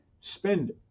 Spend